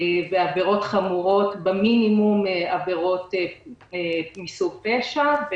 ועבירות חמורות מינימום עבירות מסוג פשע.